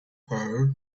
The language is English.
her